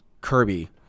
Kirby